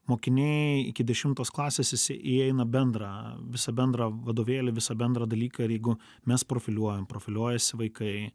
mokiniai iki dešimtos klasės visi įeina bendrą visą bendrą vadovėlį visą bendrą dalyką ir jeigu mes profiliuojam profiliuojasi vaikai